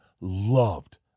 loved